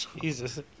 Jesus